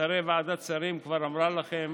הרי ועדת שרים אמרה לכם